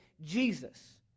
Jesus